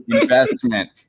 investment